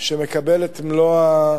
שמקבל את מלוא,